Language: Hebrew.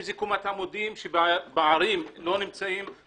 אם זה קומת עמודים שבערים לא נמצאים,